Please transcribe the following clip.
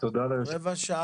בשעה